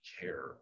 care